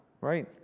Right